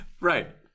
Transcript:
right